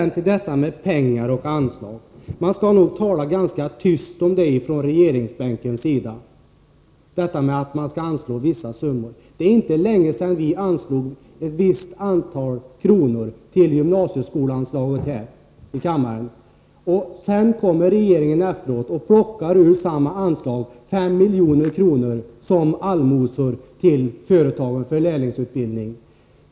När det gäller pengar och anslag skall man nog tala ganska tyst om det från regeringsbänken. Det är inte länge sedan vi här i kammaren anslog ett visst antal kronor till gymnasieskoleanslaget. Sedan plockar regeringen 5 milj.kr. ur samma anslag som allmosor till företagen för lärlingsutbildning.